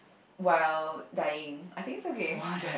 while dying I think it's okay